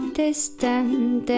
distant